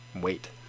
wait